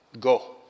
go